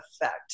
effect